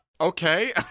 Okay